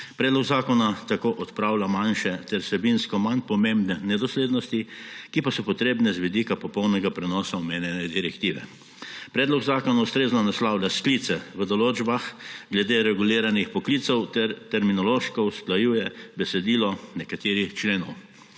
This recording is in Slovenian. Predlog zakona tako odpravlja manjše ter vsebinsko manj pomembne nedoslednosti, ki pa so potrebne z vidika popolnega prenosa omenjene direktive. Predlog zakona ustrezno naslavlja sklice v določbah glede reguliranih poklicev ter terminološko usklajuje besedilo nekaterih členov.